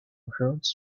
earth